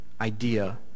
idea